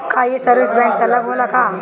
का ये service bank से अलग होला का?